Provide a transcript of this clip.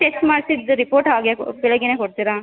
test ಮಾಡ್ಸಿದ್ದು report ಹಾಗೆ ಬೆಳಿಗ್ಗೆಯೇ ಕೊಡ್ತೀರಾ